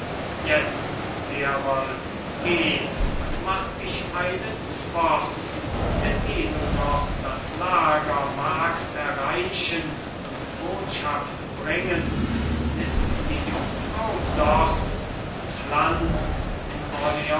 jetzt herold geh und mach dich eilends fort denn eh du noch das lager magst erreichen und botschaft bringen ist die jungfrau dort und pflanzt in